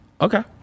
Okay